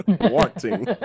Wanting